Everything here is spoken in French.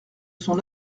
sont